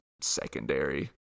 secondary